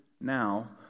Now